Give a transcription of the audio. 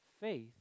faith